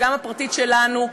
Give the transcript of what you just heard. וגם הפרטית שלנו.